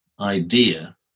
idea